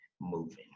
moving